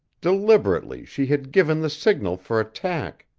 deliberately she had given the signal for attack,